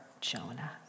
Jonah